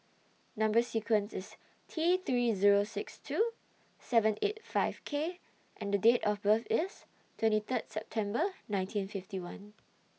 Number sequence IS T three Zero six two seven eight five K and Date of birth IS twenty Third September nineteen fifty one